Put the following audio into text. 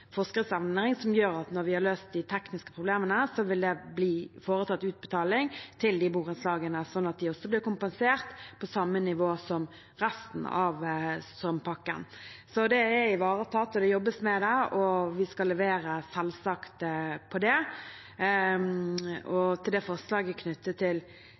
som gjør at når vi har løst de tekniske problemene, vil det bli foretatt utbetaling til de borettslagene, slik at de også blir kompensert på samme nivå som resten i strømpakken. Så det er ivaretatt, det jobbes med det, og vi skal selvsagt levere på det. Når det gjelder forslaget knyttet til